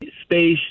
space